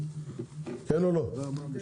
יש